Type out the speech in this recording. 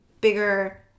bigger